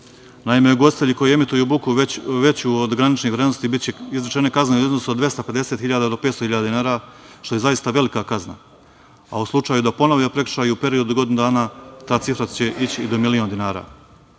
ugostiteljima koji emituju buku veću od graničnih vrednosti biće izrečene kazne u iznosu od 250.000 do 500.000 dinara, što je zaista velika kazna, a u slučaju da ponove prekršaj u periodu od godinu dana ta cifra će ići i do 1.000.000 dinara.